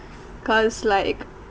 cause like